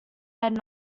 had